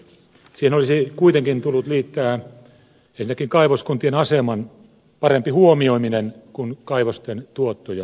siihen olisi kuitenkin tullut liittää ensinnäkin kaivoskuntien aseman parempi huomioiminen kun kaivosten tuottoja jaetaan